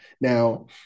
Now